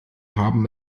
haben